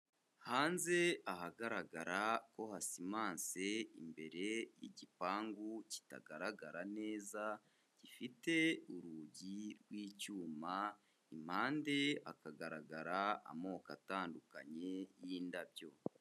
Hanze ahagaragara ko hasimanse imbere y'igipangu kitagaragara neza gifite urugi rw'icyuma, impande hakagaragara amoko atandukanye y'indabyo.